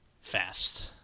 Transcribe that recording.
fast